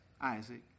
Isaac